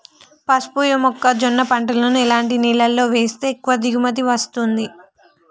పసుపు మొక్క జొన్న పంటలను ఎలాంటి నేలలో వేస్తే ఎక్కువ దిగుమతి వస్తుంది?